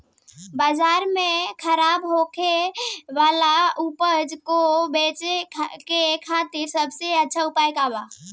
बाजार में खराब होखे वाला उपज को बेचे के खातिर सबसे अच्छा उपाय का बा?